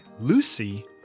Lucy